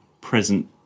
present